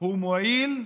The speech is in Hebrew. הוא מועיל,